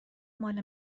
مال